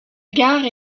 gare